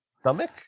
Stomach